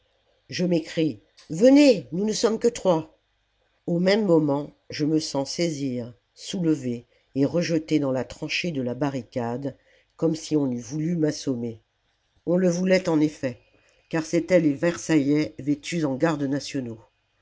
je m'écrie venez nous ne sommes que trois au même moment je me sens saisir soulever et rejeter dans la tranchée de la barricade comme si on eût voulu m'assommer on le voulait en effet car c'étaient les versaillais vêtus en gardes nationaux